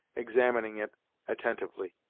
examining it attentively.